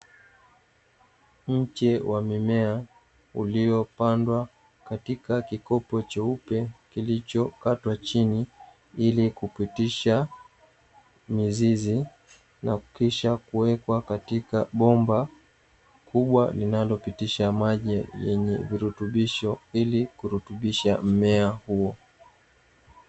Mche wa mmea uliopandwa katika kikopo cheupe kilichokatwa chini, ili kupitisha mizizi na kisha kuwekwa katika bomba kubwa linalopitisha maji yenye virutubisho, ili kurutubisha mmea huo.